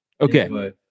Okay